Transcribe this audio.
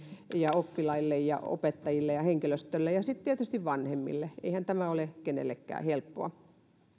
ja oppilaille ja opettajille ja henkilöstölle ja sitten tietysti vanhemmille eihän tämä ole kenellekään helppoa